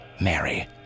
Mary